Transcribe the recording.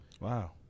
Wow